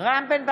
רם בן ברק,